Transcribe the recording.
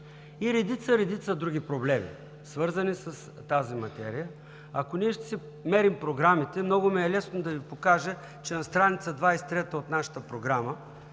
и редица, редица други проблеми, свързани с тази материя, ако ние ще си мерим програмите, много ми е лесно да Ви покажа, че на страница 23 от нашата програма